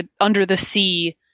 under-the-sea